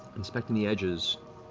inspecting the edges,